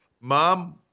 Mom